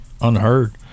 unheard